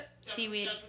Seaweed